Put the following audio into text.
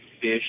fish